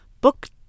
book